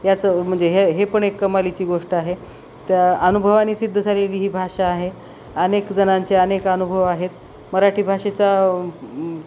याचं म्हणजे हे हे पण एक कमालीची गोष्ट आहे त्या अनुभवाने सिद्ध झालेली ही भाषा आहे अनेक जणांचे अनेक अनुभव आहेत मराठी भाषेचा